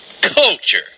culture